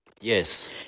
Yes